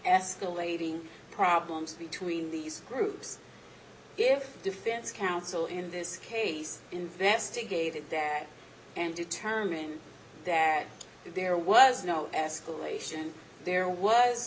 escalating problems between these groups if defense counsel in this case investigated that and determined that there was no escalation there was